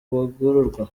bagororwa